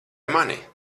mani